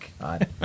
God